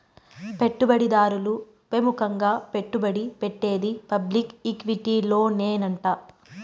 పెట్టుబడి దారులు పెముకంగా పెట్టుబడి పెట్టేది పబ్లిక్ ఈక్విటీలోనేనంట